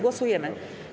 Głosujemy.